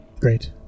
Great